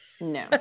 no